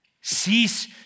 Cease